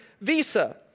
visa